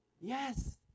Yes